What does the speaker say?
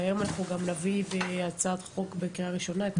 והיום אנחנו גם נביא הצעת חוק בקריאה ראשונה במליאה,